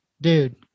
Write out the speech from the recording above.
Dude